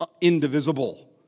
indivisible